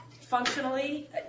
Functionally